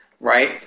right